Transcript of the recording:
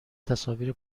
تصاویر